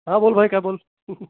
हां बोल भाई क्या बोल